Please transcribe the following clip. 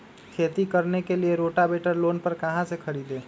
खेती करने के लिए रोटावेटर लोन पर कहाँ से खरीदे?